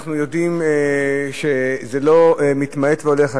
ואנחנו יודעים שזה לא מתמעט והולך,